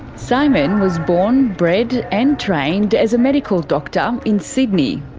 simon was born, bred and trained as a medical doctor in sydney.